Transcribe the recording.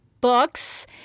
books